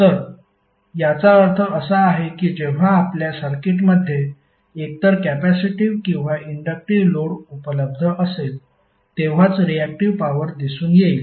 तर याचा अर्थ असा आहे की जेव्हा आपल्या सर्किटमध्ये एकतर कॅपेसिटिव्ह किंवा इंडक्टिव्ह लोड उपलब्ध असेल तेव्हाच रियाक्टिव्ह पॉवर दिसून येईल